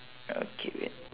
okay wait